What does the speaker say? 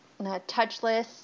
touchless